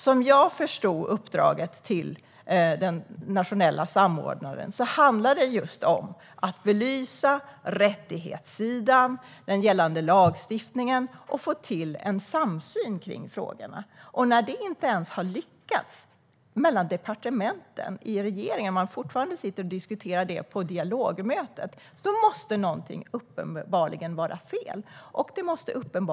Som jag förstod uppdraget till den nationella samordnaren handlade det om att belysa rättighetssidan, den gällande lagstiftningen, och få till en samsyn på frågorna. När det inte har lyckats ens mellan departementen i regeringen, när man fortfarande sitter och diskuterar det på dialogmötet, är någonting uppenbarligen fel.